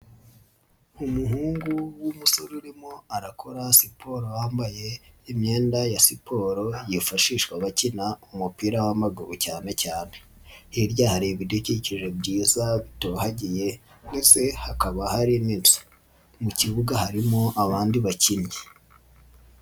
Umuhungu w'umusore urimo arakora siporo yambaye imyenda ya siporo yifashishwa bakina umupira w'amaguru cyane cyane, hirya hari ibidukikije byiza ndetse hakaba hari mu kibuga harimo abandi bakinnyi.